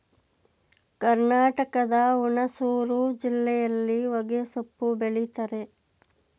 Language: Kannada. ಕರ್ನಾಟಕದ ಹುಣಸೂರು ಜಿಲ್ಲೆಯಲ್ಲಿ ಹೊಗೆಸೊಪ್ಪು ಬೆಳಿತರೆ